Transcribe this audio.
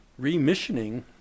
remissioning